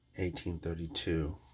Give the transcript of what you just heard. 1832